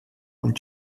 und